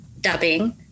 dubbing